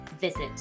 Visit